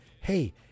hey